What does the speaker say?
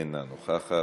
אינה נוכחת,